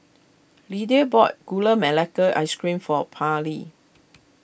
Lidia bought Gula Melaka Ice Cream for Pairlee